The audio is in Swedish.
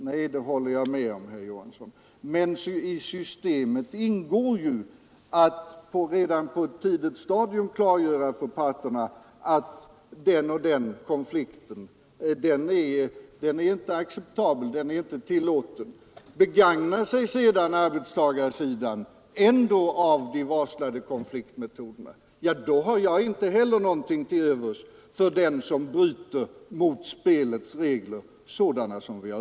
Nej, det håller jag med om, herr Johansson, men i systemet ingår ju att redan på ett tidigt stadium klargöra för parterna att den och den konflikten är inte acceptabel, inte tillåten. Begagnar sig sedan den berörda parten ändå av de varslade konfliktmetoderna, då har jag inte heller någonting till övers för den som bryter mot spelets regler.